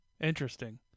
Interesting